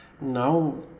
Now